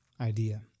idea